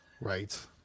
Right